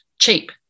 cheap